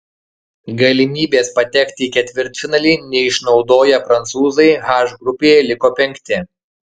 galimybės patekti į ketvirtfinalį neišnaudoję prancūzai h grupėje liko penkti